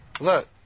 Look